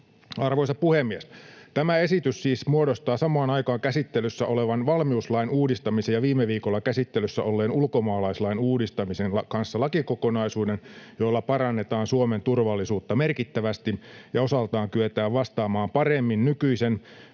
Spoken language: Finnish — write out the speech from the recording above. Arvoisa puhemies! Tämä esitys siis muodostaa samaan aikaan käsittelyssä olevan valmiuslain uudistamisen ja viime viikolla käsittelyssä olleen ulkomaalaislain uudistamisen kanssa lakikokonaisuuden, jolla parannetaan Suomen turvallisuutta merkittävästi ja osaltaan kyetään vastaamaan paremmin nykyisen